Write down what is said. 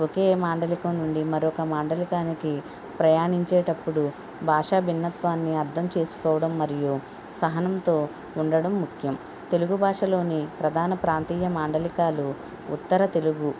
ఒకే మాండలికం నుండి మరొక మాండలికానికి ప్రయాణించేటప్పుడు భాషా భిన్నత్వాన్ని అర్ధం చేసుకోవడం మరియు సహనంతో ఉండడం ముఖ్యం తెలుగు భాషలోని ప్రధాన ప్రాంతీయ మాండలికాలు ఉత్తర తెలుగు